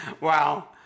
Wow